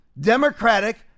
Democratic